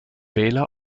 wähler